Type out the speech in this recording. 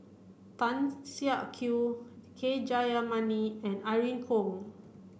Tan Siak Kew K Jayamani and Irene Khong